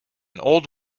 old